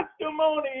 testimony